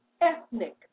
ethnic